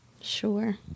Sure